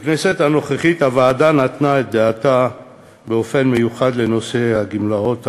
בכנסת הנוכחית הוועדה נתנה את דעתה באופן מיוחד לנושא הגמלאות הקטנות,